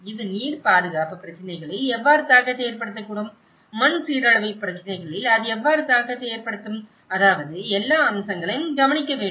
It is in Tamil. இது நீர் பாதுகாப்பு பிரச்சினைகளில் எவ்வாறு தாக்கத்தை ஏற்படுத்தக்கூடும் மண் சீரழிவு பிரச்சினைகளில் அது எவ்வாறு தாக்கத்தை ஏற்படுத்தும் அதாவது எல்லா அம்சங்களையும் கவனிக்க வேண்டும்